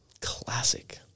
Classic